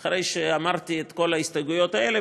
אחרי שאמרתי את כל ההסתייגויות האלה,